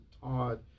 Todd